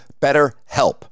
BetterHelp